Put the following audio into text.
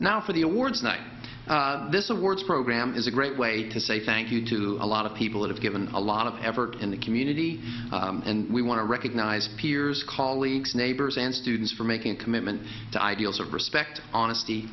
now for the awards night this awards program is a great way to say thank you to a lot of people that have given a lot of effort in the community and we want to recognize peers colleagues neighbors and students for making a commitment to ideals of respect honesty